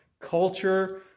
culture